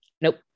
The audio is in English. Nope